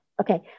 Okay